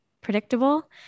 predictable